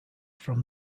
from